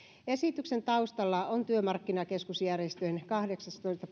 esityksen taustalla on työmarkkinakeskusjärjestöjen kahdeksastoista